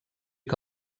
que